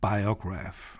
Biograph